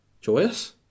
joyous